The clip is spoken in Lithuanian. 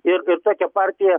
ir ir tokią partiją